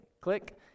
click